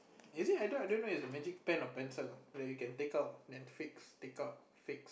is it I don't I don't know it's a magic pen or pencil like you can take out then fix take out fix